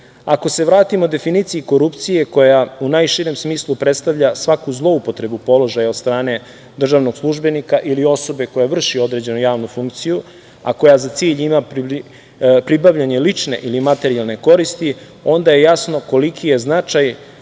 se vratimo definiciji korupcije koja u najširem smislu predstavlja svaku zloupotrebu položaja od strane državnog službenika ili osobe koja vrši određenu javnu funkciju, a koja za cilj ima pribavljanje lične ili materijalne koristi, onda je jasno koliki je značaj